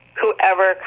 whoever